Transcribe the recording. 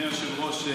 אדוני היושב-ראש,